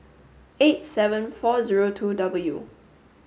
eighty seven four zero two W